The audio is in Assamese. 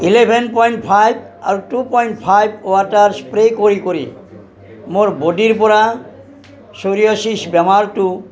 ইলেভেন পইণ্ট ফাইভ আৰু two point five water spray কৰি কৰি মোৰ বডিৰ পৰা ছৰিয়ছিছ বেমাৰটো